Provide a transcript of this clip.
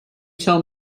tell